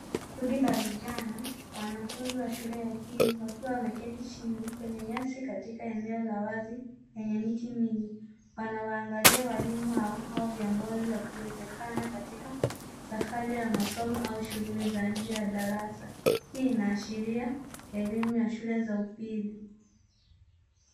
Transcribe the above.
Kundi la vijana, wanafunzi wa shule ya upili wakiwa wamekati chini, kwenye nyasi katika eneo la wazi kwenye miti mingi, wanawaangalia walimu wao, hao viongozi wakiwezekana katika safari ya masomo au shuguli za nje ya darasa. Hii inaashiria elimu ya shule za upili.